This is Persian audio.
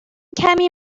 کمی